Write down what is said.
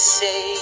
say